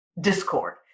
discord